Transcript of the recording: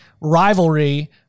rivalry